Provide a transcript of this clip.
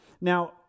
now